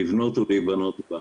לבנות ולהיבנות בה.